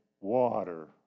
water